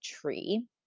tree